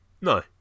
no